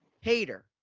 hater